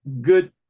good